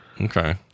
Okay